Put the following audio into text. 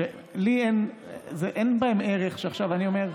אין בהם ערך שעכשיו אני אומר,